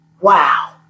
wow